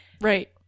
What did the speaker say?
Right